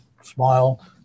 smile